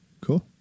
cool